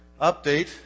update